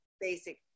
Basic